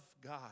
God